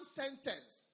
sentence